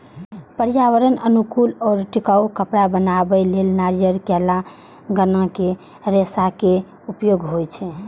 पर्यावरण अनुकूल आ टिकाउ कपड़ा बनबै लेल नारियल, केला, गन्ना के रेशाक उपयोग होइ छै